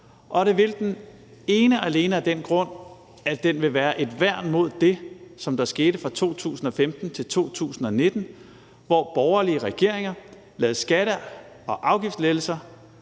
det vil den ene og alene af den grund, at den vil være et værn mod det, som skete fra 2015 til 2019, hvor borgerlige regeringer lavede skatte- og afgiftslettelser,